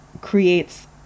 creates